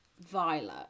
Violet